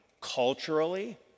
culturally